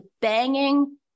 banging